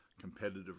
competitive